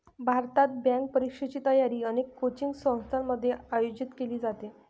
भारतात, बँक परीक्षेची तयारी अनेक कोचिंग संस्थांमध्ये आयोजित केली जाते